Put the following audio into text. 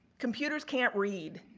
computers can't read.